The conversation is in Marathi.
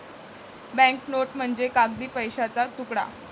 बँक नोट म्हणजे कागदी पैशाचा तुकडा